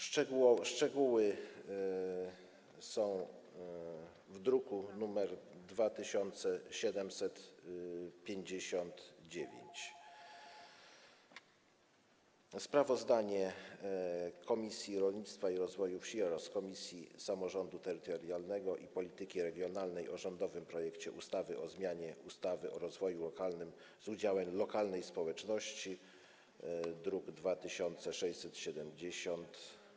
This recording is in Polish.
Szczegóły są w druku nr 2759, jest to sprawozdanie Komisji Rolnictwa i Rozwoju Wsi oraz Komisji Samorządu Terytorialnego i Polityki Regionalnej o rządowym projekcie ustawy o zmianie ustawy o rozwoju lokalnym z udziałem lokalnej społeczności, druk nr 2670.